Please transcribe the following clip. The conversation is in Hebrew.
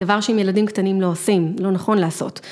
דבר שאם ילדים קטנים לא עושים, לא נכון לעשות.